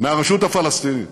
מהרשות הפלסטינית.